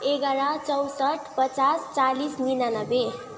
एघर चौसठ पचास चालिस निनानब्बे